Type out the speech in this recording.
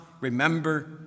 remember